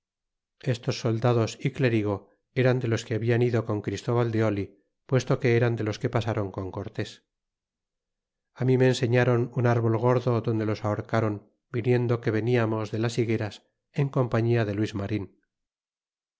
estos soldados y clérigo eran de los que hablan ido con christóbal de oli puesto que eran de los que pasron con cortés a mí me enseñ áron un árbol gordo donde los ahorcron viniendo que veniamos de las higueras en compañía de luis marin